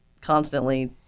constantly